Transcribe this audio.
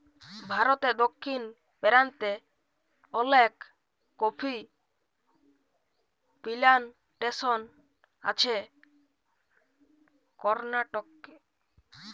ভারতে দক্ষিণ পেরান্তে অলেক কফি পিলানটেসন আছে করনাটকে